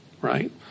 right